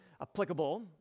applicable